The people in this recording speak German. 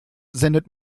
sendet